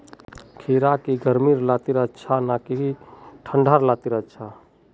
खीरा की गर्मी लात्तिर अच्छा ना की ठंडा लात्तिर अच्छा?